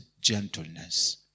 gentleness